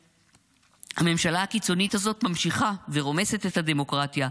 הממשלה הקיצונית הזאת ממשיכה ורומסת את הדמוקרטיה,